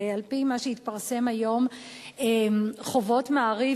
ועל-פי מה שהתפרסם היום חובות "מעריב"